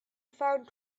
found